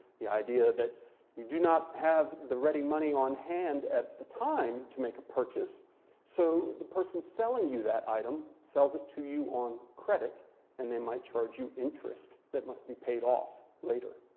the idea that you do not have the ready money on hand at the time to make a purchase so the person selling you that item sells it to you on credit and they might charge you interest that must be paid off later.